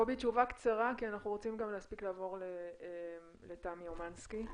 קובי תשובה קצרה כי אנחנו רוצים גם להספיק לעבור לתמי אומנסקי.